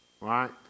Right